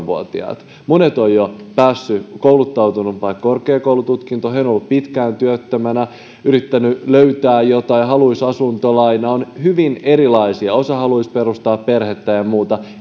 vuotiaat ovat jo kouluttautuneet vaikka korkeakoulututkinnon ja ovat olleet pitkään työttömänä ja yrittäneet löytää jotain ja haluaisivat asuntolainaa on hyvin erilaisia elämäntilanteita osa haluaisi perustaa perhettä ja ja muuta